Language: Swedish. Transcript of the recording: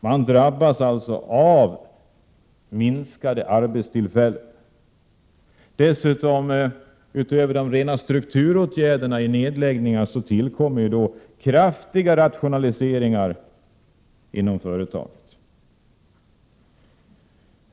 Man drabbas genom att det blir färre arbetstillfällen. Utöver de rena strukturåtgärderna i form av nedläggningar tillkommer kraftiga rationaliseringar inom SSAB.